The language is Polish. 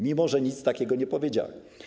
Mimo że nic takiego nie powiedziałem.